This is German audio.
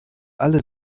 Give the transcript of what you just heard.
alle